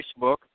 Facebook